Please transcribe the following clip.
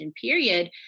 period